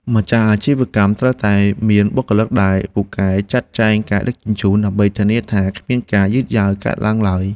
ម្ចាស់អាជីវកម្មត្រូវតែមានបុគ្គលិកដែលពូកែចាត់ចែងការដឹកជញ្ជូន ដើម្បីធានាថាគ្មានការយឺតយ៉ាវកើតឡើងឡើយ។